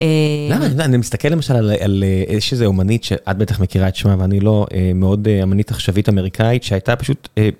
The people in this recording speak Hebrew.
אה... למה, אני מסתכל למשל על אה, על אה... איזשהי אומנית שאת בטח מכירה את שמה אבל אני לא, מאוד אמנית עכשווית אמריקאית שהייתה פשוט, אה...